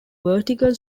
vertical